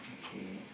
okay